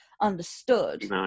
understood